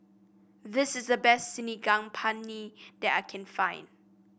this is the best Saag Paneer that I can find